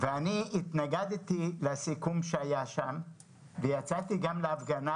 ואני התנגדתי לסיכום שהיה שם וגם יצאתי להפגנה.